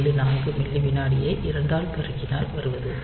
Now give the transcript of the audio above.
274 milli விநாடியை 2 ஆல் பெருக்கினால் வருவது